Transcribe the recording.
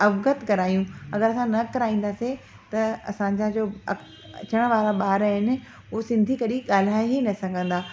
अवगत करायूं अगरि असां न कराईंदासीं त असांजा जो अ अचण वारा ॿार आहिनि उहे सिंधी कॾहिं ॻाल्हाए ई न सघंदा